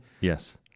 Yes